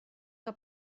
que